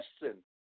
listen